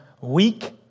weak